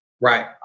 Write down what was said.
Right